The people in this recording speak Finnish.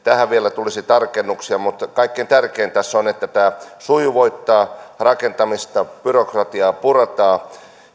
tulisi vielä tarkennuksia mutta kaikkein tärkeintä tässä on että tämä sujuvoittaa rakentamista byrokratiaa puretaan